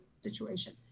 situation